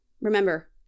Remember